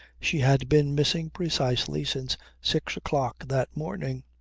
she had been missing precisely since six o'clock that morning.